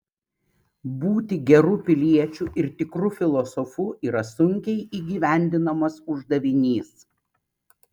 būti geru piliečiu ir tikru filosofu yra sunkiai įgyvendinamas uždavinys